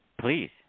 Please